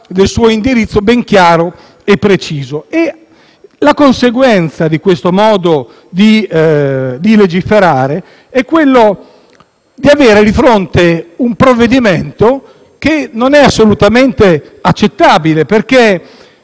il suo indirizzo ben chiaro e preciso. La conseguenza di questo modo di legiferare è avere di fronte un provvedimento assolutamente inaccettabile. Vorrei